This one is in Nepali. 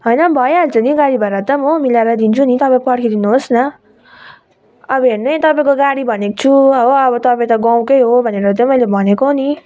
होइन भइहाल्छ नि गाडी भाडा त मिलाएर दिन्छु नि तपाईँ पर्खिदिनुहोस् न अब हेर्नु है तपाईँको गाडी भनेक छु हो अब तपाईँ त गाउँकै हो भनेर चाहिँ मैले भनेको नि